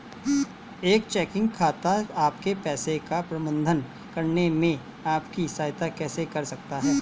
एक चेकिंग खाता आपके पैसे का प्रबंधन करने में आपकी सहायता कैसे कर सकता है?